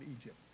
Egypt